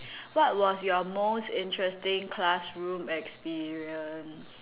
what was your most interesting classroom experience